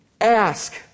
ask